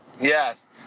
yes